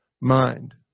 mind